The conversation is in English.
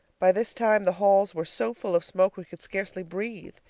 by this time the halls were so full of smoke we could scarcely breathe.